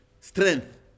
strength